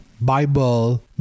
Bible